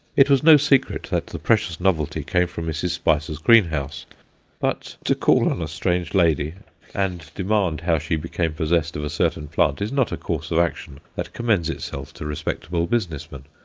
it was no secret that the precious novelty came from mrs. spicer's greenhouse but to call on a strange lady and demand how she became possessed of a certain plant is not a course of action that commends itself to respectable business men.